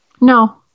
No